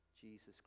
Jesus